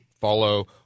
follow